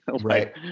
right